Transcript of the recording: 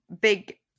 big